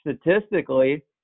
statistically